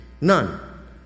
none